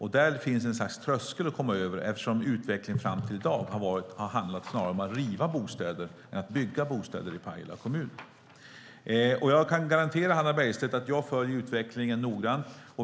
Här finns en tröskel att komma över, eftersom utvecklingen fram till i dag i Pajala kommun har handlat om att riva bostäder snarare än att bygga dem. Jag kan garantera Hannah Bergstedt att jag följer utvecklingen noggrant.